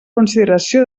consideració